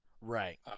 Right